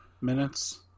minutes